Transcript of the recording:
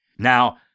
Now